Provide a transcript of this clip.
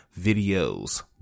videos